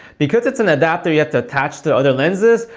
because it's an adapter you attach to other lenses,